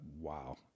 wow